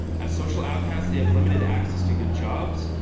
as social outcastes they have limited access to good jobs,